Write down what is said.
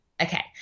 Okay